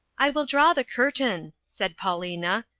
i will draw the curtain, said paulina,